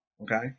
okay